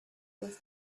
was